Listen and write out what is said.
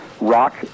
rock